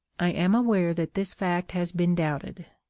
i am aware that this fact has been doubted,